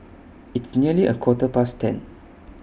its nearly A Quarter Past ten